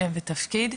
שם ותפקיד,